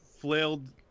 flailed